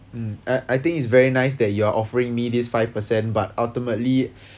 mm I I think it's very nice that you are offering me this five per cent but ultimately